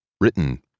written